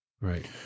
Right